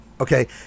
Okay